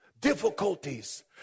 difficulties